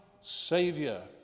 Savior